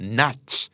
nuts